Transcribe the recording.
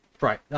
right